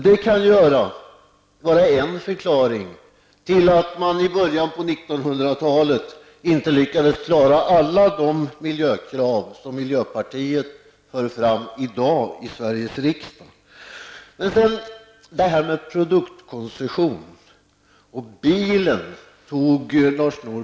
Det kan ju vara en förklaring till att man i början av 1900-talet inte lyckades klara alla de miljökrav som miljöpartiet i dag för fram i Lars Norberg tog upp frågan om produktkoncession och bilen.